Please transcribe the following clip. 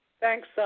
Thanks